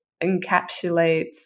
encapsulates